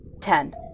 Ten